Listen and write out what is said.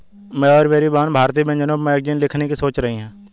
मैं और मेरी बहन भारतीय व्यंजनों पर मैगजीन लिखने की सोच रही है